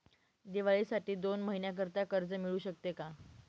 दिवाळीसाठी दोन महिन्याकरिता कर्ज मिळू शकते का?